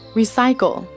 recycle